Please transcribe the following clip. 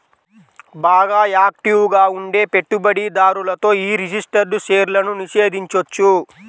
బాగా యాక్టివ్ గా ఉండే పెట్టుబడిదారులతో యీ రిజిస్టర్డ్ షేర్లను నిషేధించొచ్చు